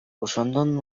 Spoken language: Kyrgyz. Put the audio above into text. ошондон